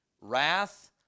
wrath